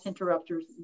interrupters